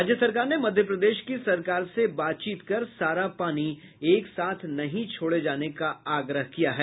राज्य सरकार ने मध्य प्रदेश की सरकार से बात कर सारा पानी एक साथ नहीं छोड़े जाने को कहा है